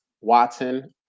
Watson –